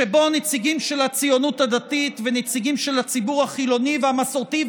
שבו נציגים של הציונות הדתית ונציגים של הציבור החילוני והמסורתי,